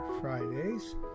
Fridays